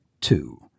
two